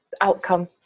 outcome